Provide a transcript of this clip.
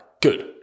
good